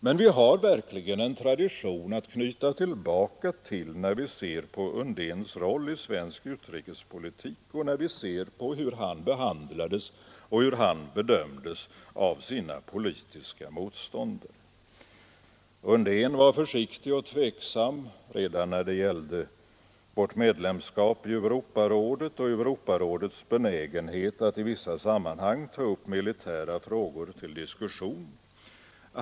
Men vi har verkligen en tradition att knyta tillbaka till, när vi ser på Undéns roll i svensk utrikespolitik och när vi ser på hur han behandlades och hur han bedömdes av sina politiska motståndare. Undén var försiktig och tveksam redan när det gällde vårt medlemskap i Europarådet och mot Europarådets benägenhet att i vissa sammanhang ta upp militära frågor till diskussion.